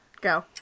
go